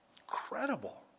Incredible